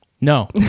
no